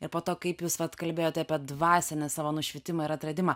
ir po to kaip jūs vat kalbėjote apie dvasinį savo nušvitimą ir atradimą